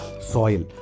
soil